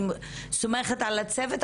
אני סומכת על הצוות,